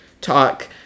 talk